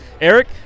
Eric